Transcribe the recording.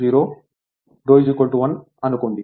δ 0 so cos δ 1 ని అనుకోండి